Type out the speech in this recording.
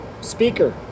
speaker